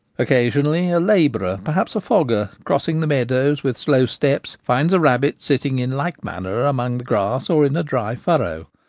occasionally a labourer, perhaps a fogger, crossing the meadows with slow steps, finds a rabbit sitting in like manner among the grass or in a dry furrow.